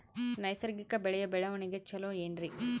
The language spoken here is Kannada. ನೈಸರ್ಗಿಕ ಬೆಳೆಯ ಬೆಳವಣಿಗೆ ಚೊಲೊ ಏನ್ರಿ?